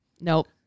Nope